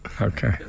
Okay